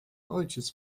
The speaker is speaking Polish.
ojciec